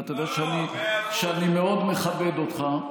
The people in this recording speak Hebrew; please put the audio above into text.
ואתה יודע שאני מאוד מכבד אותך,